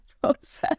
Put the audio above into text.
process